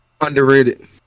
Underrated